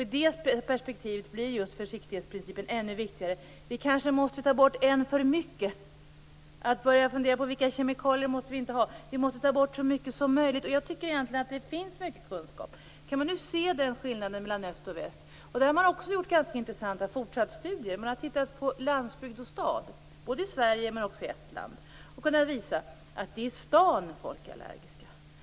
I det perspektivet blir just försiktighetsprincipen ännu viktigare. Vi kanske måste ta bort en för mycket. Vi kanske skall börja fundera på vilka kemikalier som vi inte måste ha och ta bort så mycket som möjligt. Det finns egentligen mycket kunskap. Man kan ju se skillnaden mellan öst och väst. Man har gjort intressanta fortsatta studier där man har tittat på landsbygd och stad, både i Sverige och i Estland. Man har då kunnat visa att det är i staden människor är allergiska.